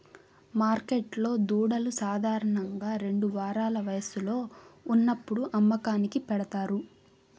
మార్కెట్లో దూడలు సాధారణంగా రెండు వారాల వయస్సులో ఉన్నప్పుడు అమ్మకానికి పెడతారు